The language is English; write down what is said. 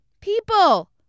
People